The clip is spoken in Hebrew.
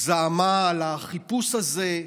זעמה על החיפוש הזה,